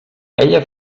ella